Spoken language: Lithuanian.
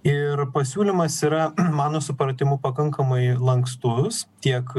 ir pasiūlymas yra mano supratimu pakankamai lankstus tiek